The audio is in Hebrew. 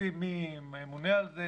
מחליטים מי ממונה על זה,